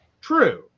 True